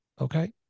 Okay